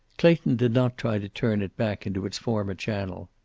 clayton did not try to turn it back into its former channel.